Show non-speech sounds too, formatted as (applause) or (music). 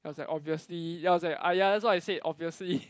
I was like obviously ya I was like ah ya that's why I say obviously (laughs)